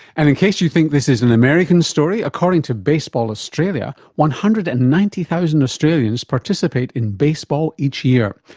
and in case you think this is an american story, according to baseball australia, one hundred and ninety thousand australians participate in a baseball each year.